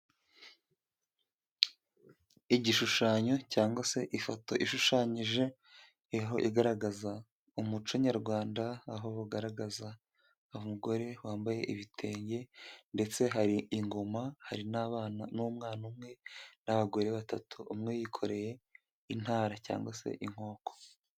igishushanyo cyangwa se ifoto ishushanyijeho igaragaza umuco nyarwanda aho bagaragaza umugore wambaye ibitenge ndetse hari ingoma hari n'abana n'umwana umwe n'abagore batatu umwe yikoreye intara cyangwa se inkoko